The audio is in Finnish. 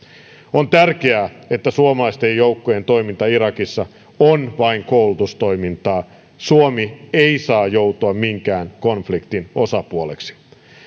on tärkeää että suomalaisten joukkojen toiminta irakissa on vain koulutustoimintaa suomi ei saa joutua minkään konfliktin osapuoleksi